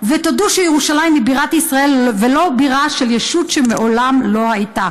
ותודו שירושלים היא בירת ישראל ולא בירה של ישות שמעולם לא הייתה,